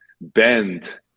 bend